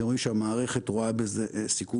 אתם רואים שהמערכת רואה בזה סיכון